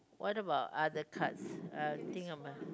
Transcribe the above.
what about other cards uh think about